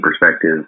perspective